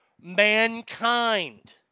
mankind